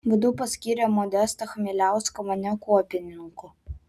vadu paskyrė modestą chmieliauską mane kuopininku